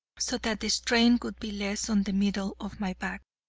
so that the strain would be less on the middle of my back.